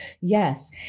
yes